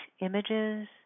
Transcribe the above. images